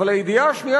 אבל הידיעה השנייה,